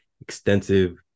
extensive